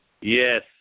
Yes